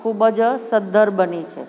ખૂબજ સદ્ધર બની છે